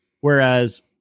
Whereas